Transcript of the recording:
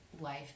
life